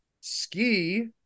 Ski